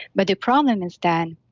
but the problem is then,